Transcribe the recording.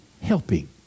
helping